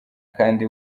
kandi